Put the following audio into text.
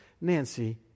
Nancy